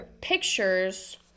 pictures